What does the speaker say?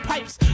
Pipes